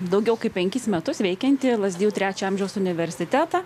daugiau kaip penkis metus veikiantį lazdijų trečio amžiaus universitetą